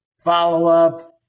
follow-up